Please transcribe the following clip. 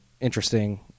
interesting